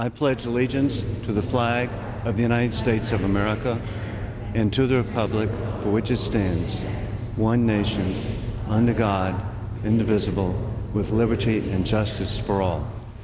i pledge allegiance to the flag of the united states of america and to the public which is stand one nation under god indivisible with liberty and justice for all